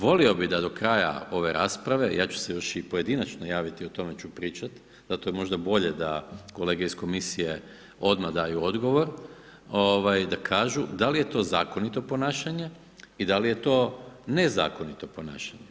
Volio bi da do kraja ove rasprave, ja ću se još pojedinačno javiti, o tome ću pričati, zato je bolje da kolege iz Komisije, odmah daju odgovor, da kažu da li je to zakonito ponašanje i da li je to nezakonito ponašanje?